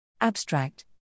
Abstract